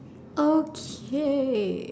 okay